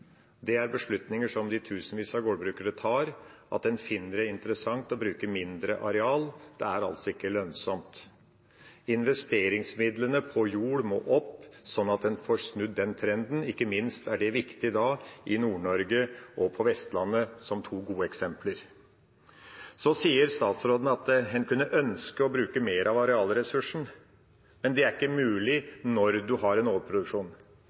Det er beslutninger som tusenvis av gårdbrukere tar – at en finner det interessant å bruke mindre areal. Det er altså ikke lønnsomt. Investeringsmidlene til jord må opp, sånn at en får snudd den trenden. Det er ikke minst viktig i Nord-Norge og på Vestlandet, som gode eksempler. Så sier statsråden at en kunne ønske å bruke mer av arealressursen, men at det ikke er mulig når en har